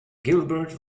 gilbert